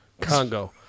Congo